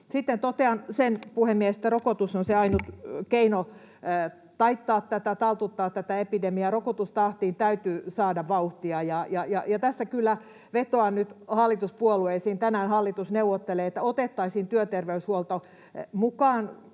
Sitten totean sen, puhemies, että rokotus on se ainut keino taittaa, taltuttaa tätä epidemiaa. Rokotustahtiin täytyy saada vauhtia, ja tässä kyllä vetoan nyt hallituspuolueisiin. Tänään hallitus neuvottelee, että otettaisiin työterveyshuolto mukaan.